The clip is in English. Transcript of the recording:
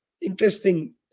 Interesting